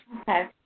Okay